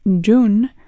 June